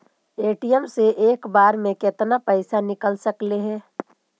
ATM से एक बार मे केतना पैसा निकल सकले हे?